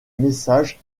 messages